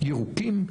ירוקים,